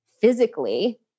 physically